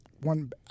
one